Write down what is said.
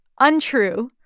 untrue